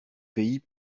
pays